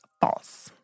false